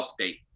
Update